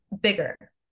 bigger